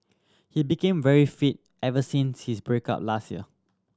he became very fit ever since his break up last year